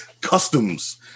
customs